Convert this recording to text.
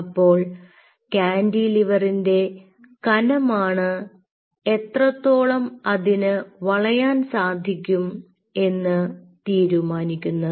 അപ്പോൾ കാന്റിലിവറിന്റെ കനമാണ് എത്രത്തോളം അതിന് വളയാൻ സാധിക്കും എന്ന് തീരുമാനിക്കുന്നത്